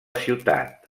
ciutat